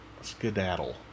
skedaddle